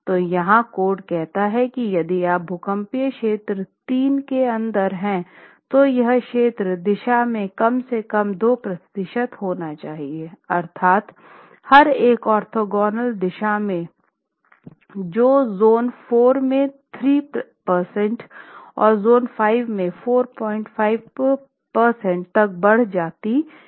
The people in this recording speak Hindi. तो यहाँ कोड कहता है की यदि आप भूकंपीय क्षेत्र III के अंदर हैं तो यह प्रत्येक दिशा में कम से कम 2 प्रतिशत होना चाहिए अर्थात हर एक ऑर्थोगोनल दिशा में जो जोन IV में 3 प्रतिशत और जोन V में 45 प्रतिशत तक बढ़ जाती हैं